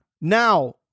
now